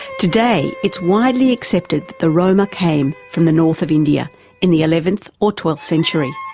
today it's widely accepted that the roma came from the north of india in the eleventh or twelfth century.